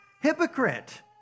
Hypocrite